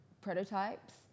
prototypes